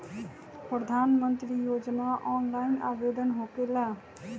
प्रधानमंत्री योजना ऑनलाइन आवेदन होकेला?